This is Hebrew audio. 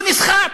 הוא נסחט.